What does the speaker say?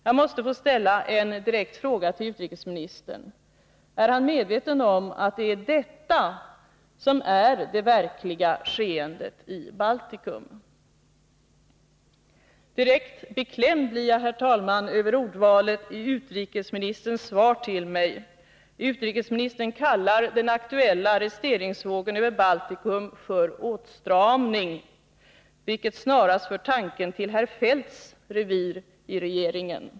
Jag måste få ställa en direkt fråga till utrikesministern: Är han medveten om att det är detta som är det verkliga skeendet i Baltikum? Direkt beklämd blir jag, herr talman, över ordvalet i utrikesministerns svar till mig. Utrikesministern kallar den aktuella arresteringsvågen över Baltikum för ”åtstramning”, vilket snarast för tanken till herr Feldts revir i regeringen.